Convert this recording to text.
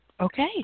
Okay